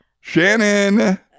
Shannon